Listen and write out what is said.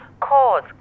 cause